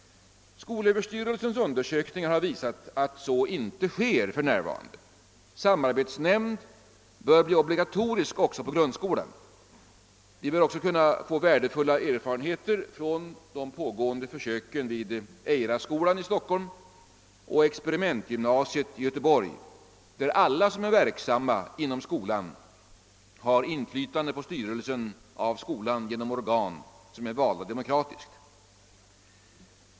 Skolöverstyrelsens undersökning har visat att så inte sker för närvarande. Samarbetsnämnd bör bli obligatorisk också i grundskolan. Vi bör där kunna få värdefulla erfarenheter från de pågående försöken vid Eiraskolan i Stockholm och Experimentgymnasiet i Göteborg, där alla som är verksamma inom skolan har inflytande på hur skolan sty res genom organ som är valda demokratiskt.